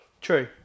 true